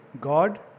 God